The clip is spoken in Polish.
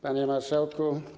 Panie Marszałku!